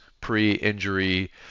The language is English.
pre-injury